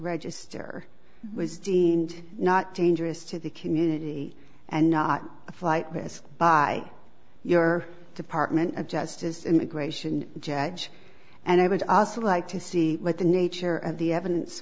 register was deemed not dangerous to the community and not a flight risk by your department of justice immigration judge and i would also like to see what the nature of the evidence